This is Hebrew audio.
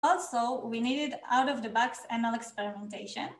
‫אז צריכים גם אקספרימנטציה ‫מאחורית.